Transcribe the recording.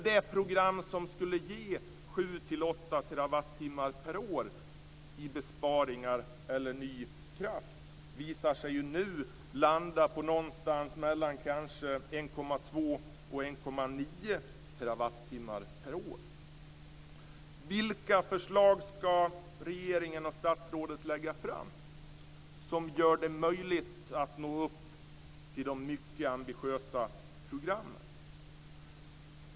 Det program som skulle ge 7-8 TWh per år i besparingar eller ny kraft visar sig nu landa på någonstans mellan 1,2 och 1,9 TWh per år. Vilka förslag skall regeringen och statsrådet lägga fram som gör det möjligt att nå upp till målen för det mycket ambitiösa programmet.